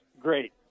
great